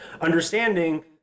Understanding